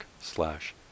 slash